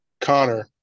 Connor